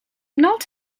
not